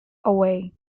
away